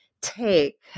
take